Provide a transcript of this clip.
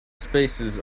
spaces